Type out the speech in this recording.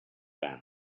banal